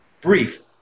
brief